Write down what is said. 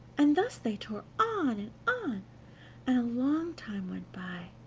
and thus they tore on and on, and a long time went by,